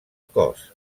cos